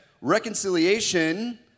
Reconciliation